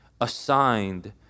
assigned